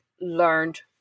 learned